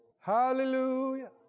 Hallelujah